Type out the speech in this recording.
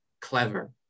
clever